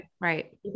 right